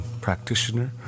practitioner